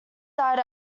died